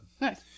nice